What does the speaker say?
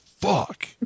Fuck